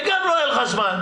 וגם לא היה לך זמן,